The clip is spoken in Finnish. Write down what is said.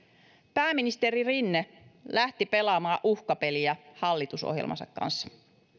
pääministeri rinne lähti pelaamaan uhkapeliä hallitusohjelmansa kanssa